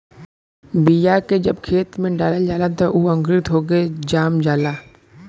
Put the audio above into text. बीया के जब खेत में डालल जाला त उ अंकुरित होके जाम जाला